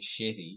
shitty